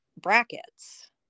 brackets